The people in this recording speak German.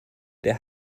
der